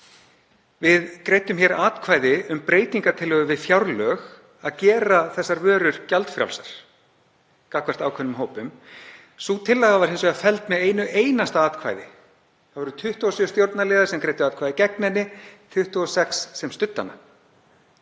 Við greiddum hér atkvæði um breytingartillögu við fjárlög að gera þessar vörur gjaldfrjálsar gagnvart ákveðnum hópum. Sú tillaga var hins vegar felld með einu einasta atkvæði. Það voru 27 stjórnarliðar sem greiddi atkvæði gegn henni, 26 sem studdu hana.